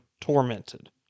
tormented